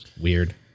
Weird